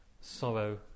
sorrow